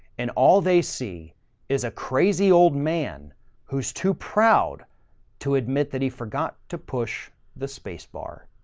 and all they see is a crazy old man who's too proud to admit that he forgot to push the space bar.